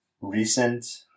recent